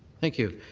thank you.